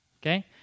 okay